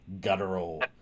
guttural